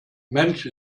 mensch